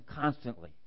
constantly